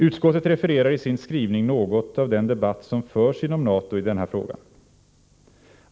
Utskottet refererar i sin skrivning något av den debatt som nu förs inom NATO i denna fråga.